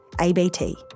ABT